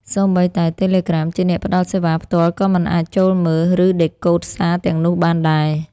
សូម្បីតែ Telegram ជាអ្នកផ្តល់សេវាផ្ទាល់ក៏មិនអាចចូលមើល ឬឌិកូដសារទាំងនោះបានដែរ។